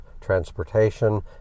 transportation